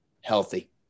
healthy